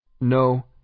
No